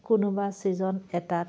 কোনোবা ছিজন এটাত